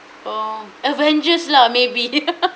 oh avengers lah maybe